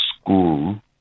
school